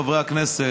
חברי הכנסת,